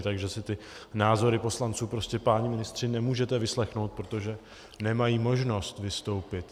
Takže si ty názory poslanců prostě, páni ministři, nemůžete vyslechnout, protože nemají možnost vystoupit.